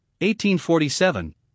1847